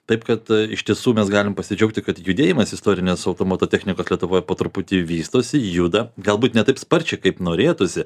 taip kad iš tiesų mes galim pasidžiaugti kad judėjimas istorinės auto moto technikos lietuvoj po truputį vystosi juda galbūt ne taip sparčiai kaip norėtųsi